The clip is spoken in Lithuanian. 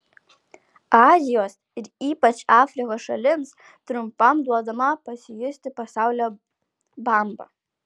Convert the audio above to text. azijos ir ypač afrikos šalims trumpam duodama pasijusti pasaulio bamba